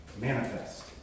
manifest